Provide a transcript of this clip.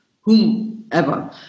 whomever